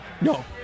No